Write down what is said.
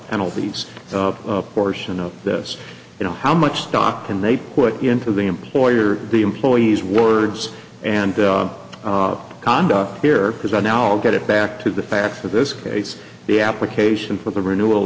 penalties portion of this you know how much stock and they put into the employer the employee's words and conduct here because i now will get back to the facts of this case the application for the renewal